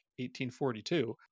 1842